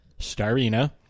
starina